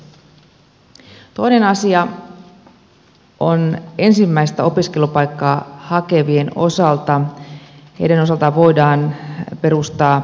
toinen asia on että ensimmäistä opiskelupaikkaa hakevien osalta voidaan perustaa kiintiö